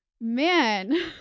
man